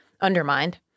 undermined